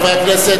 חברי הכנסת,